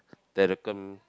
the raccoon